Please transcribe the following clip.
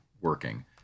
working